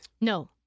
No